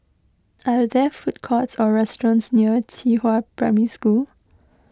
are there food courts or restaurants near Qihua Primary School